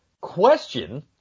Question